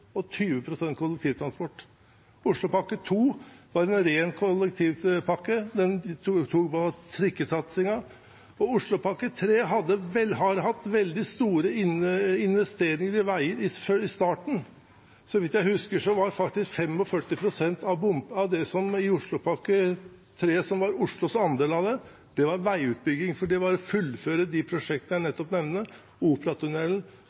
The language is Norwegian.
20 pst. kollektivtransport, Oslopakke 2 var en ren kollektivpakke med trikkesatsingen, og Oslopakke 3 hadde veldig store investeringer i veier i starten. Så vidt jeg husker, var faktisk 45 pst. av Oslopakke 3, som var Oslos andel av det, veiutbygging, for det var å fullføre de prosjektene jeg nettopp nevnte, Operatunnelen